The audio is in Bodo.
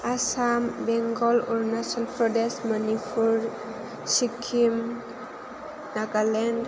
आसाम बेंगल अरुनाचल प्रदेस मनिपुर सिक्किम नागालेण्ड